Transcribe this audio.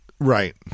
Right